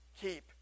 keep